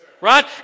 right